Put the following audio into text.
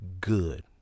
good